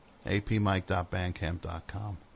apmike.bandcamp.com